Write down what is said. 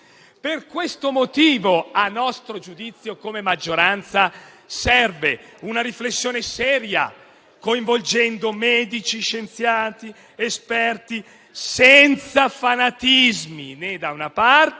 Per questo motivo - a nostro giudizio - come maggioranza serve una riflessione seria, coinvolgendo medici, scienziati ed esperti, senza fanatismi né da una parte